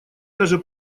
даже